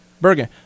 Bergen